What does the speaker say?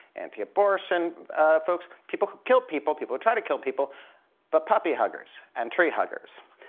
anti-abortion folks people who kill people, people who try to kill people but puppy huggers and tree huggers.